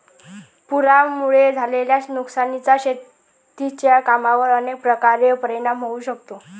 पुरामुळे झालेल्या नुकसानीचा शेतीच्या कामांवर अनेक प्रकारे परिणाम होऊ शकतो